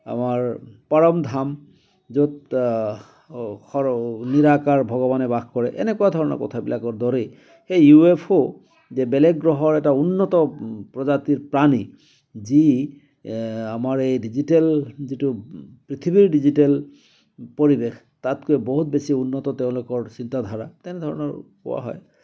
আমাৰ পৰমধাম য'ত সৰু নিৰাকাৰ ভগৱানে বাস কৰে এনেকুৱা ধৰণৰ কথাবিলাকৰ দৰেই সেই ইউ এফ অ' যে বেলেগ গ্ৰহৰ এটা উন্নত প্ৰজাতিৰ প্ৰাণী যি আমাৰ এই ডিজিটেল যিটো পৃথিৱীৰ ডিজিটেল পৰিৱেশ তাতকৈ বহুত বেছি উন্নত তেওঁলোকৰ চিন্তা ধাৰা তেনেধৰণৰ কোৱা হয়